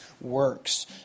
works